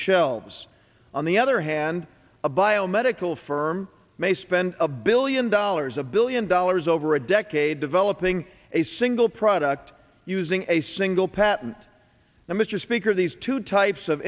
shelves on the other hand a biomedical firm may spend a billion dollars a billion dollars over a decade developing a single product using a single patent and mr speaker these two types of